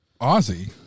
Aussie